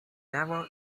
never